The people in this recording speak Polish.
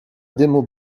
dymu